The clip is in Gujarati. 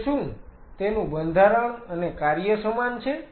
કે શું તેનું બંધારણ અને કાર્ય સમાન છે